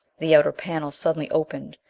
the outer panel suddenly opened!